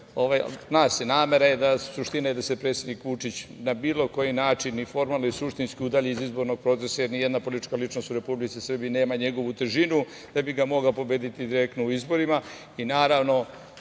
namera je da se predsednik Vučić na bilo koji način, i formalno i suštinski udalji iz izbornog procesa, jer ni jedna politička ličnost u Republici Srbiji nema njegovu težinu da bi ga mogla pobediti direktno u izborima.